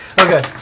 Okay